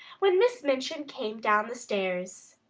when miss minchin came down the stairs.